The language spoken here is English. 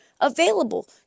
available